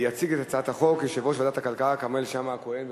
יציג את הצעת החוק יושב-ראש ועדת הכלכלה כרמל שאמה-הכהן.